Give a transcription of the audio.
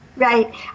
Right